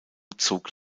zog